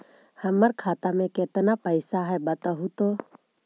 हमर खाता में केतना पैसा है बतहू तो?